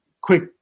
quick